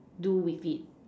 do with it